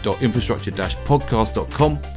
infrastructure-podcast.com